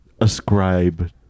Ascribe